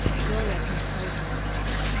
gloria compelled him to go.